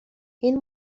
این